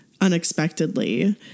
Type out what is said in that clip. unexpectedly